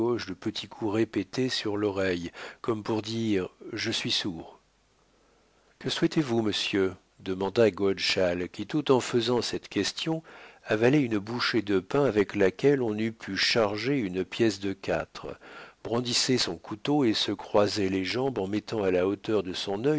de petits coups répétés sur l'oreille comme pour dire je suis sourd que souhaitez-vous monsieur demanda godeschal qui tout en faisant cette question avalait une bouchée de pain avec laquelle on eût pu charger une pièce de quatre brandissait son couteau et se croisait les jambes en mettant à la hauteur de son